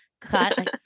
cut